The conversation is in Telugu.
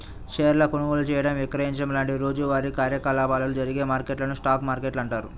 షేర్ల కొనుగోలు చేయడం, విక్రయించడం లాంటి రోజువారీ కార్యకలాపాలు జరిగే మార్కెట్లను స్టాక్ మార్కెట్లు అంటారు